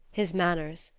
his manners,